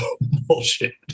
Bullshit